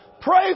Pray